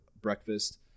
breakfast